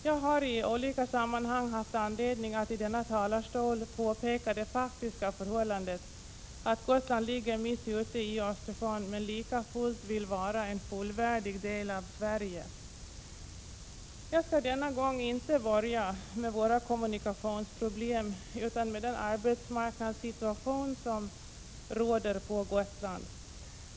Jag har i olika sammanhang haft anledning att i denna talarstol påpeka det faktiska förhållandet att Gotland ligger mitt ute i Östersjön men likafullt vill vara en fullvärdig del av Sverige. Jag skall denna gång inte börja tala om våra kommunikationsproblem utan om den arbetsmarknadssituation som råder på Gotland.